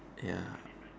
ya